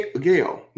Gail